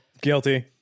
Guilty